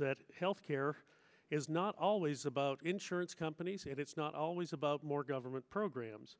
that health care is not always about insurance companies and it's not always about more government programs